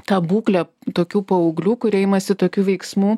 tą būklę tokių paauglių kurie imasi tokių veiksmų